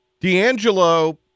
D'Angelo